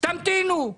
תמתינו.